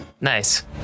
Nice